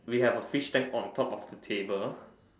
we have a fish tank on top of the table